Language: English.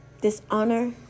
dishonor